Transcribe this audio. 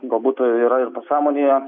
galbūt tai yra ir pasąmonėje